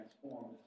transformed